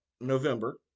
November